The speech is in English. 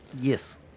Yes